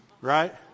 Right